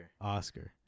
Oscar